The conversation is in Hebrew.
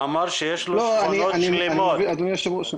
ואמר שיש לו שכונות שלמות --- אדוני היושב ראש,